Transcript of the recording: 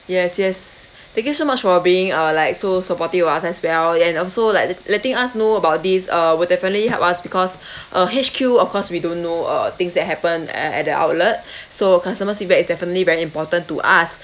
yes yes thank you so much for being uh like so supportive of us as well and also like let letting us know about this uh will definitely help us because uh H_Q of course we don't know uh things that happen at at the outlet so customer's feedback is definitely very important to us